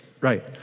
right